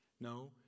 No